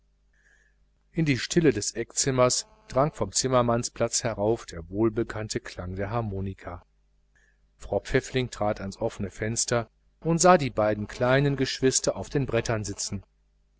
in die stille des eckzimmers drang vom zimmermannsplatz herauf der wohlbekannte klang der harmonika frau pfäffling trat ans offene fenster und sah die beiden kleinen geschwister auf den brettern sitzend